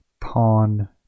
pawn